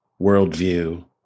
worldview